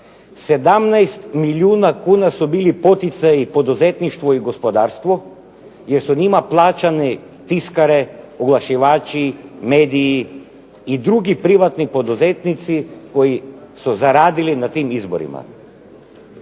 17 milijuna kuna su bili poticaji poduzetništvu i gospodarstvu jer su njima plaćani tiskare, oglašivači, mediji i drugi privatni poduzetnici koji su zaradili na tim izborima.